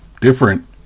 Different